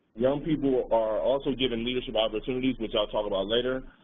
young people are also given leadership opportunities, which i'll talk about later,